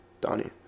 Donnie